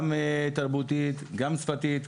גם תרבותית, גם שפתית.